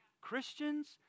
Christians